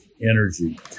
energy